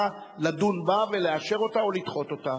לדון בה ולאשר אותה או לדחות אותה,